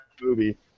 movie